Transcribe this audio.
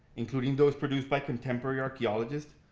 including those produced by contemporary archaeologists,